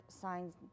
signs